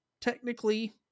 technically